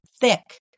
thick